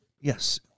Yes